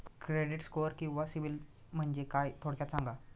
Credit score किंवा CIBIL म्हणजे काय? थोडक्यात सांगा